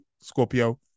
Scorpio